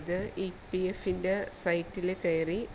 അത് ഈ പി എഫിൻ്റെ സൈറ്റിൽ കയറി